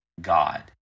God